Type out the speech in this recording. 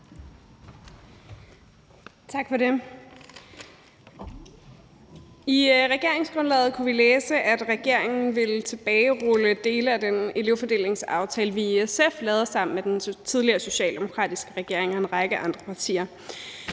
Tak for det. I regeringsgrundlaget kunne vi læse, at regeringen vil tilbagerulle dele af den elevfordelingsaftale, vi i SF lavede sammen med den tidligere socialdemokratiske regering og en række andre partier.